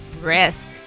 risk